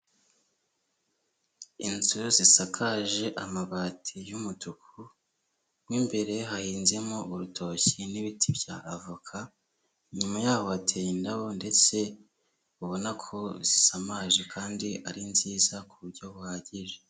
Inzu zisakaje amabati y'umutuku, mo imbere hahinzemo urutoki n'ibiti bya avoka, inyuma yaho hateye indabo ndetse ubona ko zisamaje kandi ari nziza ku buryo buhagije.